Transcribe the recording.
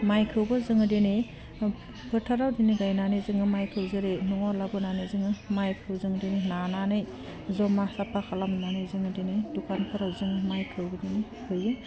माइखौबो जोङो दिनै फोथाराव दिनै गायनानै जोङो माइखौ जेरै न'वाव लाबोनानै जोङो माइखौ जोङो दिनै नानानै ज'मा साफ्फा खालामनानै जोङो दिनै दखानफोराव जों माइखौ बिदिनो हैयो